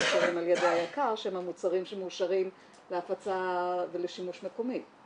המאושרים על ידי היק"ר שהם המוצרים שמאושרים להפצה ולשימוש מקומי.